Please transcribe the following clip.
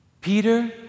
Peter